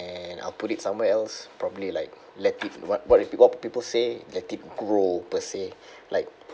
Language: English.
and I'll put it somewhere else probably like let it what what what people say let it grow per se like